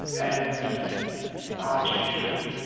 and i changed too.